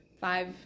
five